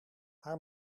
haar